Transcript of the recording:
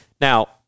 Now